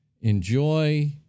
Enjoy